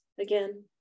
again